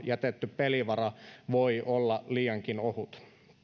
jätetty pelivara voi olla liiankin ohut